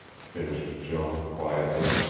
finished jean quietly,